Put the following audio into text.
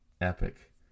epic